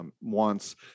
wants